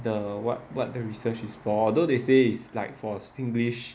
the what what the research is for although they say is like for singlish